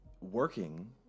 working